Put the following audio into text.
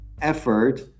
effort